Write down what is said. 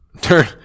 Turn